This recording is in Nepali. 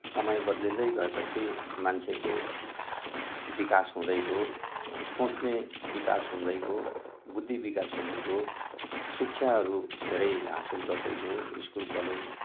समय बद्लिँदै गए पछि मान्छेको विकास हुँदै गयो सोच्ने विकास हुँदै गयो बुद्धि विकास हुँदै गयो शिक्षाहरू धेरै हासिल गर्दै गयो स्कुल कलेज